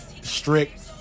strict